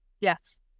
Yes